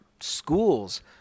schools